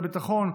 במשרד הביטחון,